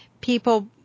people